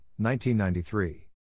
1993